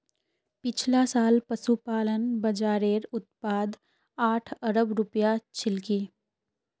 पिछला साल पशुपालन बाज़ारेर उत्पाद आठ अरब रूपया छिलकी